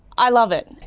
i love it,